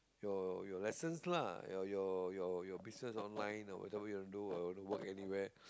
your your lessons lah your your your business online or whatever you want to do or want work anywhere